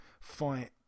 fight